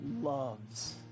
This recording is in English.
loves